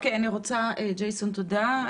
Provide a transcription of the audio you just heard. ג'ייסון, תודה.